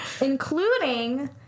Including